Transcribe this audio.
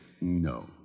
No